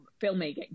filmmaking